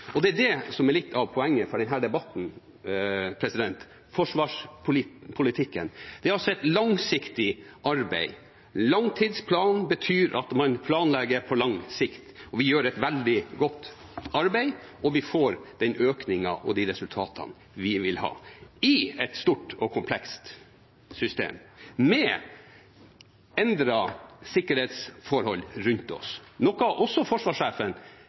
investeringer.» Det er det som er litt av poenget for denne debatten. Forsvarspolitikken er altså et langsiktig arbeid. Å ha en langtidsplan betyr at man planlegger på lang sikt. Vi gjør et veldig godt arbeid, og vi får den økningen og de resultatene vi vil ha, i et stort og komplekst system med endrede sikkerhetsforhold rundt oss, noe også forsvarssjefen